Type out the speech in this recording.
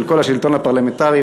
של כל השלטון הפרלמנטרי.